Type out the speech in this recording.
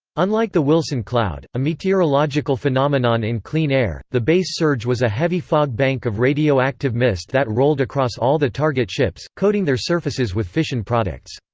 unlike the wilson cloud, a meteorological phenomenon in clean air, the base surge was a heavy fog bank of radioactive mist that rolled across all the target ships, coating their surfaces with fission products.